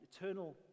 eternal